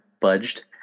budged